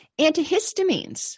antihistamines